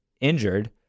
injured